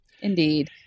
indeed